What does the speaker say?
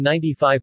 95%